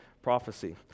prophecy